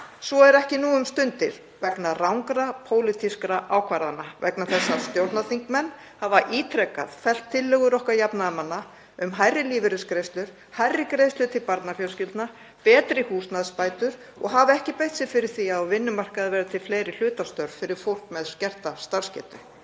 Svo er ekki nú um stundir vegna rangra pólitískra ákvarðana, vegna þess að stjórnarþingmenn hafa ítrekað fellt tillögur okkar jafnaðarmanna um hærri lífeyrisgreiðslur, hærri greiðslur til barnafjölskyldna, betri húsnæðisbætur og hafa ekki beitt sér fyrir því að á vinnumarkaði verði til fleiri hlutastörf fyrir fólk með skerta starfsgetu.